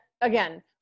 again